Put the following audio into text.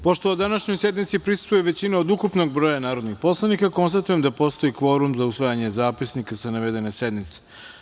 Pošto današnjoj sednici prisustvuje većina od ukupnog broja narodnih poslanika, konstatujem da postoji kvorum za usvajanje Zapisnika sa navedene sednice.